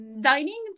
dining